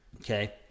Okay